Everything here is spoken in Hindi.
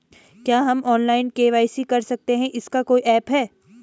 क्या हम ऑनलाइन के.वाई.सी कर सकते हैं इसका कोई ऐप है?